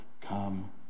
come